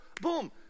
boom